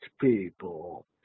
people